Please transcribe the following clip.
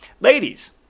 ladies